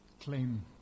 claim